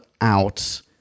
out